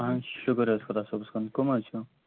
اہَن حظ شُکُر حظ خۄدا صٲبَس کُن کٕم حظ چھُو